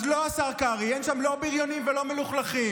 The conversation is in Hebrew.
אז לא, השר קרעי, אין שם לא בריונים ולא מלוכלכים.